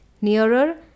Nearer